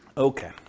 Okay